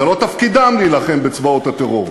זה לא תפקידם להילחם בצבאות הטרור,